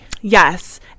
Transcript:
Yes